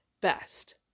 best